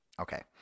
Okay